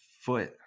foot